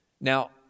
Now